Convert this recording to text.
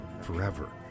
forever